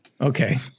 Okay